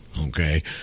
Okay